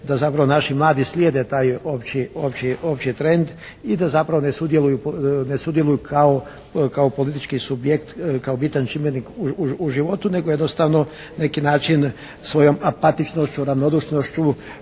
da zapravo naši mladi slijede taj opći trend i da zapravo ne sudjeluju kao politički subjekt, kao bitan čimbenik u životu nego jednostavno neki način svojom apatičnošću, ravnodušnošću